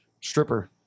Stripper